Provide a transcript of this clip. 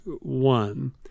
one